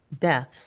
deaths